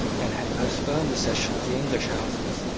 and had postponed the session of the english houses,